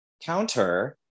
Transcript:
counter